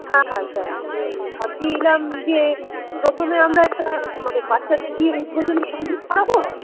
হ্যাঁ হ্যাঁ স্যার হুম ভাবছিলাম যে প্রথমে আমরা একটা মানে বাচ্চাদের দিয়ে উদ্বোধনী সঙ্গীত করাবো